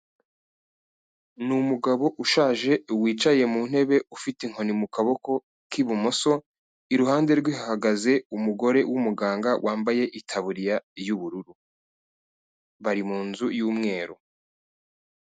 Ni umugabo ushaje wicaye mu ntebe ufite inkoni mu kaboko k'ibumoso, iruhande rwe hahagaze umugore w'umuganga wambaye itaburiya y'ubururu. Bari mu nzu y'umweru.